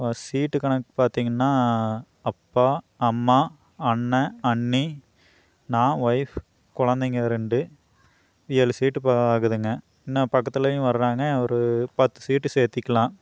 seat கணக்கு பார்த்தீங்கன்னா அப்பா அம்மா அண்ணன் அண்ணி நான் ஒய்ஃப் குழந்தைங்க ரெண்டு ஏழு சீட் போல் ஆகுதுங்க இன்னும் பக்கத்திலையும் வர்றாங்க ஒரு பத்து சீட் சேர்த்துக்கிலாம்